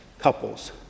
couples